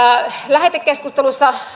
lähetekeskustelussa